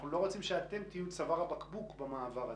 אנחנו לא רוצים שאתם תהיו צוואר הבקבוק במעבר הזה.